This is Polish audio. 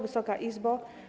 Wysoka Izbo!